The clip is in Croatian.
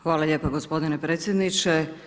Hvala lijepa gospodine predsjedniče.